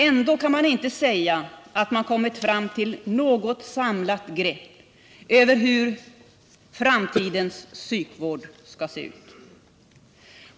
Ändå kan man inte säga att man kommit fram till något samlat grepp över hur framtidens psykvård skall se ut.